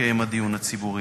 יתקיים הדיון הציבורי.